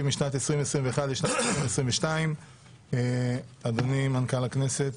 משנת 2021 לשנת 2022. אדוני מנכ"ל הכנסת,